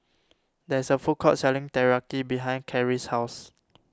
there is a food court selling Teriyaki behind Kerrie's house